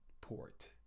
port